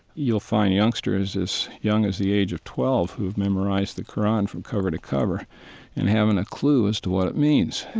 you'll find youngsters as young as the age of twelve who have memorized the qur'an from cover to cover and haven't a clue as to what it means,